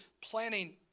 planning